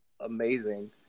amazing